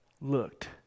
looked